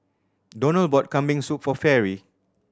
Donald bought Kambing Soup for Fairy